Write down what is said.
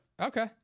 Okay